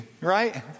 right